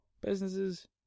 businesses